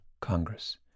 Congress